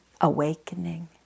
awakening